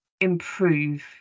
improve